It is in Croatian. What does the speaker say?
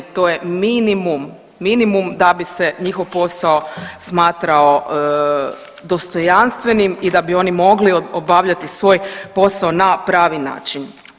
To je minimum da bi se njihov posao smatrao dostojanstvenim i da bi oni mogli obavljati svoj posao na pravi način.